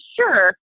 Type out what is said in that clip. sure